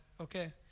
okay